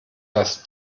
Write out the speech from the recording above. dass